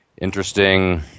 interesting